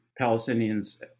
Palestinians